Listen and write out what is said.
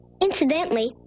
Incidentally